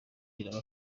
yaba